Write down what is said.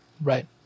Right